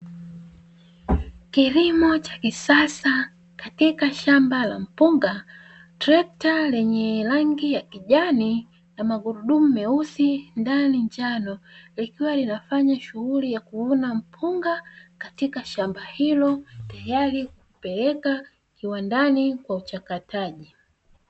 Kilimo cha kisasa katika shamba la mpunga trekta lenye rangi ya kijani na magurudumu meusi ndani njano, likiwa linafanya shughuli ya kuvuna mpunga katika shamba hilo. Tayari kwa kupeleka kiwandani kwa ajili ya uchakataji.